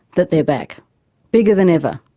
that they're back bigger than ever.